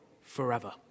forever